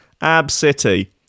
Ab-City